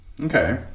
Okay